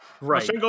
Right